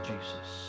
Jesus